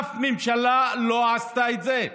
אף ממשלה לא עשתה את זה.